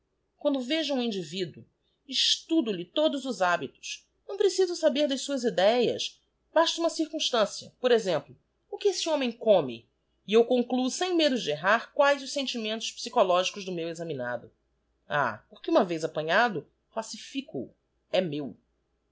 quando vejo um individuo estudo lhe todos os hábitos não preciso saber das suas idéas basta uma circumstancia por exemplo o que esse homem come e eu concluo sem medo de errar quaes os sentimentos psychologicos do meu examinado ah porque uma vez apanhado classifico o e meu